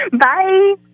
Bye